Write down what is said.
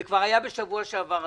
הנוהל כבר היה על סדר-היום,